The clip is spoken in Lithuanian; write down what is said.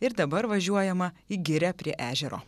ir dabar važiuojama į girią prie ežero